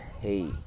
hey